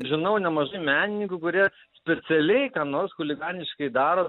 žinau nemažai menininkų kurie specialiai ką nors chuliganiškai daro